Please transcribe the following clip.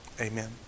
Amen